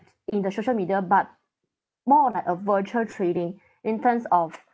in the social media but more like a virtual trading in terms of